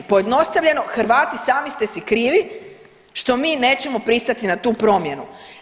Pojednostavljeno Hrvati sami ste si krivi što mi nećemo pristati na tu promjenu.